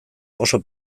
oso